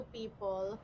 people